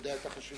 שיודע את החשיבות.